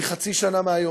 היא חצי שנה מהיום.